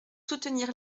soutenir